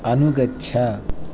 अनुगच्छ